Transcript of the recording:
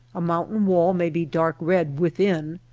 a mountain wall may be dark red with in,